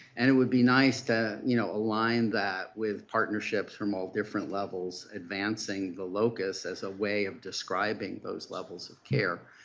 and it would be nice to you know align that with partnerships from different levels, advancing the locus as a way of describing those levels of care.